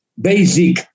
basic